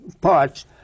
parts